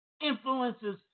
influences